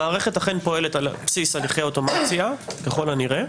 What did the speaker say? המערכת אכן פועלת סביב הליכי אוטומציה ככל הנראה